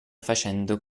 facendo